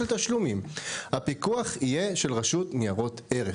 תשלומים הפיקוח יהיה של רשות ניירות ערך.